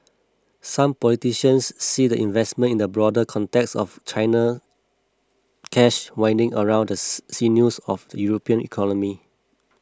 some politicians see the investment in a broader context of China cash winding around the sinews of the European economy